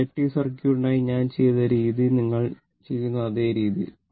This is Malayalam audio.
ഇൻഡക്റ്റീവ് സർക്യൂട്ടിനായി ഞാൻ ചെയ്ത രീതി നിങ്ങൾ ചെയ്യുന്ന അതേ രീതിയിൽ